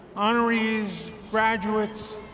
honorees, graduates,